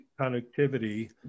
connectivity